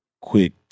quick